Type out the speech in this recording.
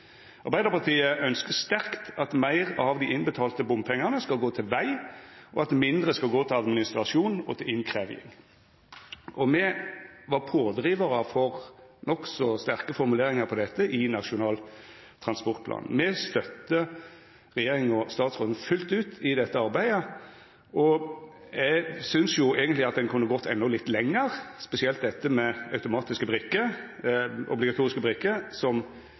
Arbeidarpartiet ønskjer sterkt at meir av dei innbetalte bompengane skal gå til veg, og at mindre skal gå til administrasjon og innkrevjing. Me var pådrivarar for nokså sterke formuleringar om dette i Nasjonal transportplan. Me støttar regjeringa og statsråden fullt ut i dette arbeidet. Eg synest eigentleg at ein kunna gått endå litt lenger, spesielt når det gjeld obligatoriske brikker, som